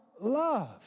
love